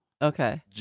Okay